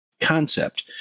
concept